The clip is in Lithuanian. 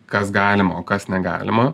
kas galima o kas negalima